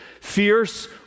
fierce